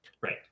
right